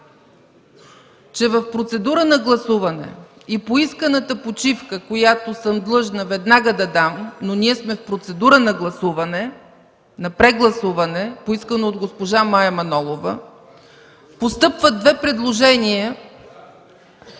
че в процедура на гласуване и поисканата почивка, която съм длъжна веднага да дам, но ние сме в процедура на прегласуване, поискана от госпожа Мая Манолова, постъпват две предложения